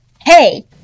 hey